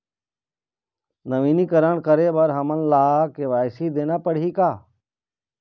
नवीनीकरण करे बर हमन ला के.वाई.सी देना पड़ही का?